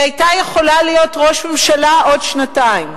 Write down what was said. היא היתה יכולה להיות ראש ממשלה עוד שנתיים,